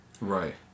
Right